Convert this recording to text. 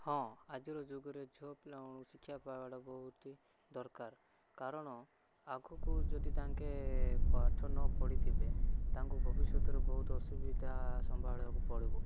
ହଁ ଆଜିର ଯୁଗରେ ଝିଅ ପିଲାମାନଙ୍କୁ ଶିକ୍ଷା ପାଇବାଟା ବହୁତ ଦରକାର କାରଣ ଆଗକୁ ଯଦି ତାଙ୍କେ ପାଠ ନ ପଢ଼ିଥିବେ ତାଙ୍କୁ ଭବିଷ୍ୟତରେ ବହୁତ ଅସୁବିଧା ସମ୍ଭାଳିବାକୁ ପଡ଼ିବ